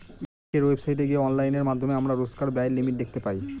ব্যাঙ্কের ওয়েবসাইটে গিয়ে অনলাইনের মাধ্যমে আমরা রোজকার ব্যায়ের লিমিট দেখতে পাই